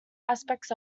aspects